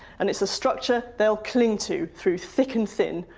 and it's a structure they'll cling to through thick and thin,